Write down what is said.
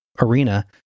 arena